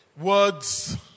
Words